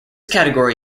category